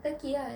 turkey ah